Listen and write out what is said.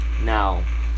Now